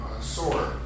sword